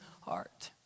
heart